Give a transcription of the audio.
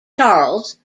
charles